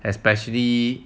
especially